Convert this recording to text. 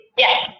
Yes